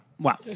Wow